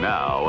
Now